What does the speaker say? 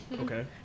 Okay